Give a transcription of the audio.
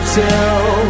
tell